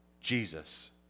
Jesus